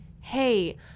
hey